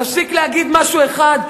תפסיק להגיד משהו אחד,